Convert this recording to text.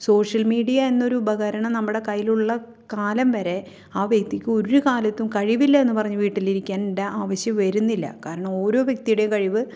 social media എന്നൊരു ഉപകരണം നമ്മുടെ കയ്യിലുള്ള കാലം വരെ ആ വ്യക്തിക്ക് ഒരു കാലത്തും കഴിവില്ല എന്ന് പറഞ്ഞ് വീട്ടിലിരിക്കേണ്ട ആവശ്യം വരുന്നില്ല കാരണം ഓരോ വ്യക്തിയുടെയും കഴിവ്